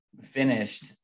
finished